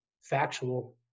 factual